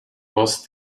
was